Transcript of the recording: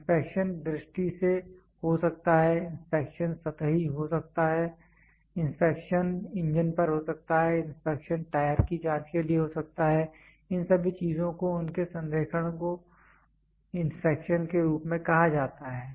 inspection दृष्टि से हो सकता है इंस्पेक्शन सतही हो सकता है इंस्पेक्शन इंजन पर हो सकता है इंस्पेक्शन टायर की जांच के लिए हो सकता है इन सभी चीजों को उनके संरेखण को इंस्पेक्शन के रूप में कहा जाता है